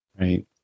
Right